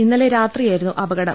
ഇന്നലെ രാത്രിയായിരുന്നു അപകടം